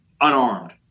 unarmed